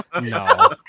No